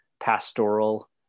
pastoral